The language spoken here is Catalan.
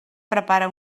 prepara